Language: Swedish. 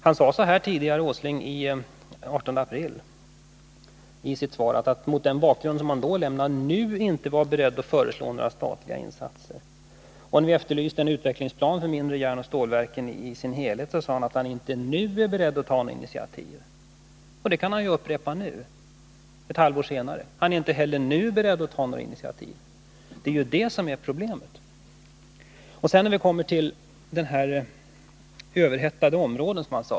Den 18 april sade Nils Åsling i sitt interpellationssvar: ”Jag är mot denna bakgrund nu inte beredd att föreslå några statliga insatser.” När jag efterlyste en utvecklingsplan för de mindre järnoch stålverken i sin helhet sade han att han nu inte var beredd att ta något initiativ. Och det kan han upprepa nu — ett halvår senare. Han är inte heller nu beredd att ta något initiativ. Det är ju det som är problemet. Sedan till de överhettade områdena.